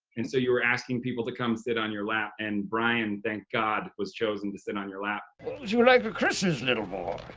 and so you were asking people to come sit on your lap, and brian, thank god was chosen to sit on your lap. steve what would you like for christmas little